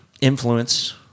influence